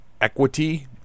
equity